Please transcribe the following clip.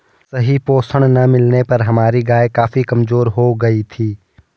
सही पोषण ना मिलने पर हमारी गाय काफी कमजोर हो गयी थी